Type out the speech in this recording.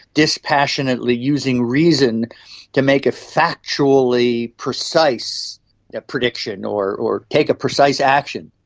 dispassionately using reason to make a factually precise prediction or or take a precise action.